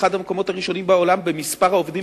אחד המקומות הראשונים בעולם במספר העובדים